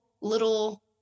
little